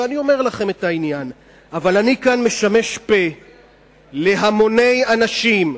אבל אני משמש פה להמוני אנשים,